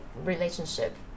relationship